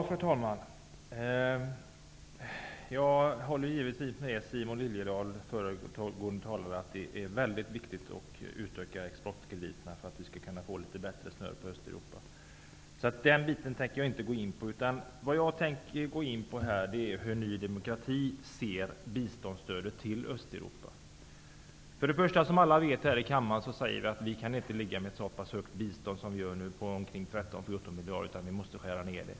Fru talman! Jag håller givetvis med den föregående talaren Simon Liliedahl om att det är mycket viktigt att utöka exportkrediterna om vi skall kunna få litet bättre snurr på Östeuropa. Jag tänker inte gå vidare in på den frågan. Jag tänker här i stället gå in på hur Ny demokrati ser på biståndsstödet till Östeuropa. Som alla här i kammaren vet anser vi att man inte kan ha ett så högt bistånd som vi nu har på 13--14 miljarder utan att vi måste skära ner det.